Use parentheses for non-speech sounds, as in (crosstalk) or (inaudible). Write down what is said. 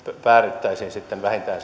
päädyttäisiin sitten vähintään (unintelligible)